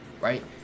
right